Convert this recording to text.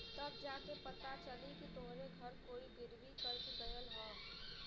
तब जा के पता चली कि तोहरे घर कोई गिर्वी कर के गयल हौ